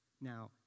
Now